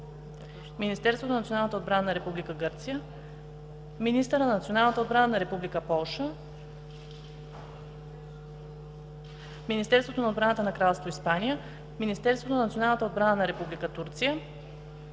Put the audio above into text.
Министерството на националната отбрана на Република Гърция, министъра на националната отбрана на Република Полша, Министерството на отбраната на Кралство Испания, Министерството на националната отбрана на Република Турция,